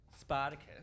Spartacus